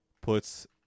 puts